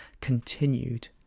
continued